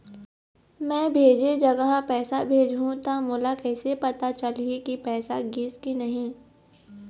मैं भेजे जगह पैसा भेजहूं त मोला कैसे पता चलही की पैसा गिस कि नहीं?